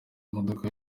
imodoka